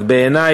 אז בעיני,